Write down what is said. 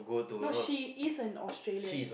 no she is an Australian